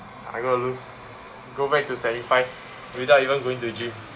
I going to lose go back to seventy five without even going to gym